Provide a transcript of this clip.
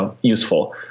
useful